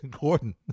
Gordon